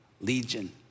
legion